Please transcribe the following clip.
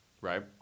Right